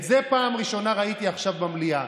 את זה פעם ראשונה ראיתי עכשיו במליאה.